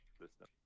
system